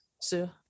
sue